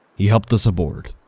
he helped us aboard,